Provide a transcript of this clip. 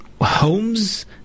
homes